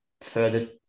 further